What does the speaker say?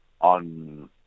on